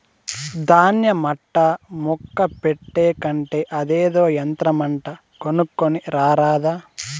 దాన్య మట్టా ముక్క పెట్టే కంటే అదేదో యంత్రమంట కొనుక్కోని రారాదా